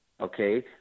Okay